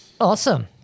Awesome